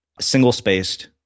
single-spaced